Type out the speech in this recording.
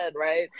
right